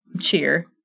cheer